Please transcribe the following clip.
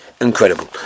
incredible